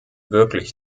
wirklich